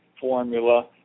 formula